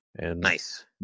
Nice